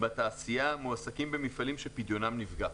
מועסקים במפעלים שפדיונם נפגע.